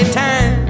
time